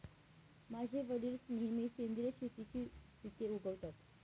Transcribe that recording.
माझे वडील नेहमी सेंद्रिय शेतीची पिके उगवतात